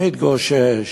מתגושש,